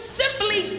simply